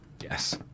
Yes